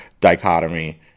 dichotomy